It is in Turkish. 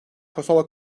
kosova